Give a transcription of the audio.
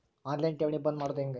On line ಠೇವಣಿ ಬಂದ್ ಮಾಡೋದು ಹೆಂಗೆ?